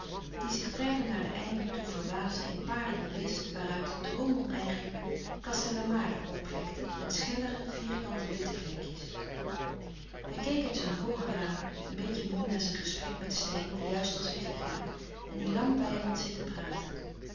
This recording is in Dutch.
die zich verder naar den einder toe verwaasde in parelen mist waaruit droom oneigenlijk castellamare opplekte met schellere vierkante witte vlekjes hij keek uit zijn hooge raam een beetje moê na zijn gesprek met steyn die juist was weggegaan en die lang bij hem had zitten praten